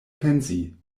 pensi